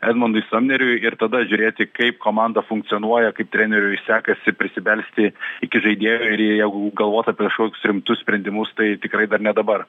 edmundui samneriui ir tada žiūrėti kaip komanda funkcionuoja kaip treneriui sekasi prisibelsti iki žaidėjų ir jeigu galvot apie kažkokius rimtus sprendimus tai tikrai dar ne dabar